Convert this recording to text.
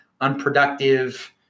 unproductive